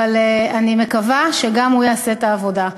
אבל אני מקווה שגם הוא יעשה את העבודה.